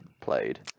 played